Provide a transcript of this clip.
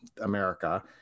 America